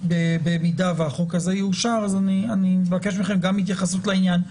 במידה והחוק הזה יאושר אז אני מבקש מכם התייחסות גם לעניין הזה.